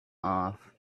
off